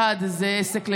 אחד, זה עסק לביגוד,